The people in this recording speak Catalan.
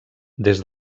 des